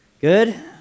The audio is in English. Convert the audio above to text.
Good